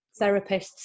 therapists